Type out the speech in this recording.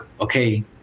okay